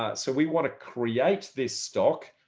ah so we want to create this stock.